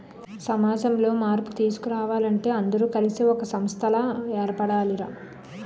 సమాజంలో మార్పు తీసుకురావాలంటే అందరూ కలిసి ఒక సంస్థలా ఏర్పడాలి రా